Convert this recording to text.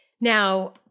Now